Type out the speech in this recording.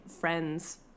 friends